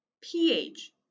pH